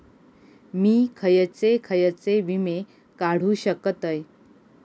मी खयचे खयचे विमे काढू शकतय?